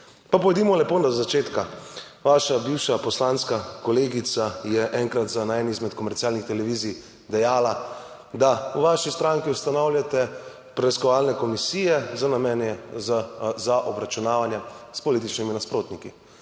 Pa pojdimo lepo do začetka. Vaša bivša poslanska kolegica je enkrat na eni izmed komercialnih televizij dejala, da v vaši stranki ustanavljate preiskovalne komisije za obračunavanje s političnimi nasprotniki